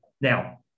Now